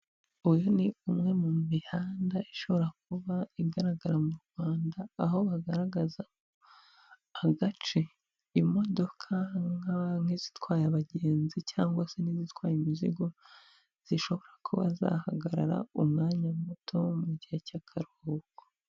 Uyu ni umwe mu mihanda ishobora kuba igaragara mu Rwanda, aho bagaragaza agace imodoka nk'izitwaye abagenzi cyangwa se n'izitwara imizigo zishobora kuba zahagarara umwanya muto mu gihe cy'akaruhuko.